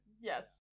Yes